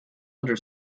under